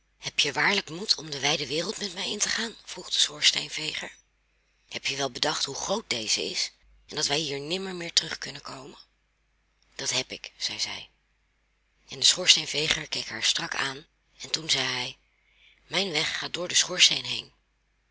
heb je waarlijk moed om de wijde wereld met mij in te gaan vroeg de schoorsteenveger heb je wel bedacht hoe groot deze is en dat wij hier nimmer meer terug kunnen komen dat heb ik zeide zij en de schoorsteenveger keek haar strak aan en toen zeide hij mijn weg gaat door den schoorsteen